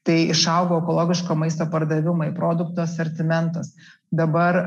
tai išaugo ekologiško maisto pardavimai produktų asortimentas dabar